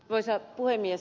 arvoisa puhemies